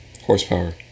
Horsepower